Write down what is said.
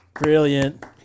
Brilliant